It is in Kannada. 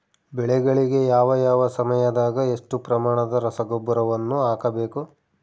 ಬೆಳೆಗಳಿಗೆ ಯಾವ ಯಾವ ಸಮಯದಾಗ ಎಷ್ಟು ಪ್ರಮಾಣದ ರಸಗೊಬ್ಬರವನ್ನು ಹಾಕಬೇಕು?